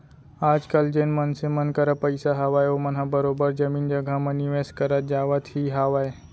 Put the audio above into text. आजकल जेन मनसे मन करा पइसा हावय ओमन ह बरोबर जमीन जघा म निवेस करत जावत ही हावय